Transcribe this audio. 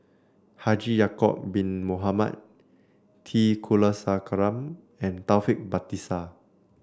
Haji Ya'acob Bin Mohamed T Kulasekaram and Taufik Batisah